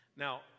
Now